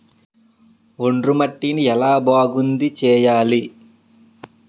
ఒండ్రు మట్టిని ఎలా బాగుంది చేయాలి?